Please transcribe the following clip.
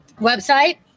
Website